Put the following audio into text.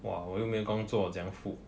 !wah! 我又没有工作怎样付